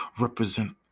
represent